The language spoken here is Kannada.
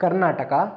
ಕರ್ನಾಟಕ